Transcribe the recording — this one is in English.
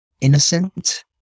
Innocent